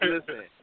Listen